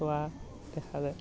চোৱা দেখা যায়